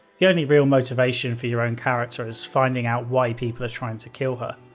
the only real motivation for your own character is finding out why people are trying to kill her.